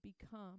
become